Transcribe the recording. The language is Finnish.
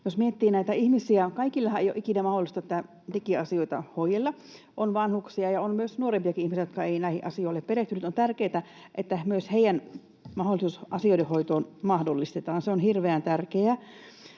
Jos miettii ihmisiä, kaikkienhan ei ole mahdollista digiasioita hoidella. On vanhuksia ja on myös nuorempia ihmisiä, jotka eivät näihin asioihin ole perehtyneet. On tärkeätä, että myös heille mahdollistetaan asioiden hoito. Se on hirveän tärkeää.